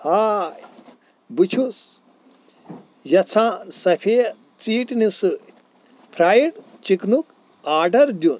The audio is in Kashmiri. ہاے بہٕ چھُس یژھان سفیٖد ژیٚٹِنِہ سۭتۍ فرایڈ چِکنُک آڈر دِیُن